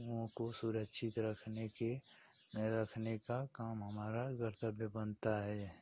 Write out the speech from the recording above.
ओं को सुरक्षित रखने के रखने का काम हमारा कर्तव्य बनता है